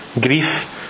grief